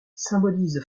symbolise